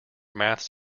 maths